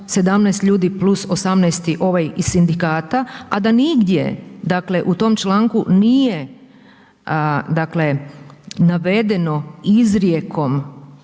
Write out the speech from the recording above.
17 ljudi plus 18. ovaj iz sindikata a da nigdje dakle u tom članku nije navedeno izrijekom